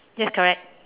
yes correct